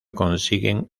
consiguen